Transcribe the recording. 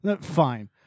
Fine